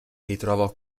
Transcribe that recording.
ritrovò